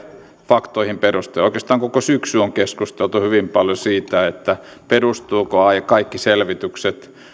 faktoihin perustuen oikeastaan koko syksy on keskusteltu hyvin paljon siitä perustuvatko kaikki selvitykset